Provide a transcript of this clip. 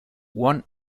one